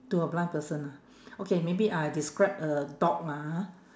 to a blind person ah okay maybe I'll describe a dog lah ha